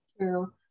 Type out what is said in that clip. True